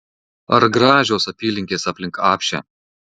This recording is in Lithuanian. ar gražios apylinkės aplink apšę